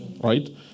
right